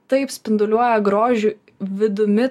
taip spinduliuoja grožiu vidumi